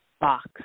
box